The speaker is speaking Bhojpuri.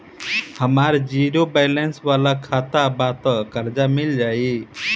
हमार ज़ीरो बैलेंस वाला खाता बा त कर्जा मिल जायी?